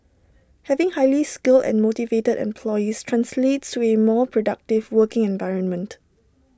having highly skilled and motivated employees translates to A more productive working environment